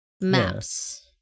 Maps